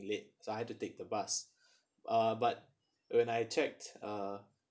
late so I had to take the bus uh but when I checked uh